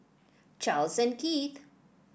Charles and Keith